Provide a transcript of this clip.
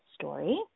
story